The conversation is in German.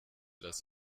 das